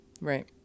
right